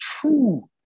true